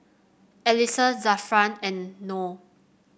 Alyssa Zafran and Noh